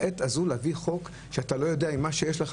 לעת הזאת להביא חוק כזה כשאתה לא יודע מה לעשות עם מה שיש לך